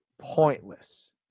pointless